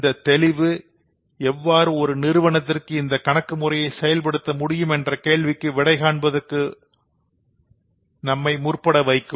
இந்த தெளிவு எவ்வாறு ஒரு நிறுவனத்திற்கு இந்த கணக்கு முறையை செயல்படுத்த முடியும் என்கின்ற கேள்விக்கு விடை காண்பதற்கு நம்மை முற்பட வைக்கும்